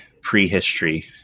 prehistory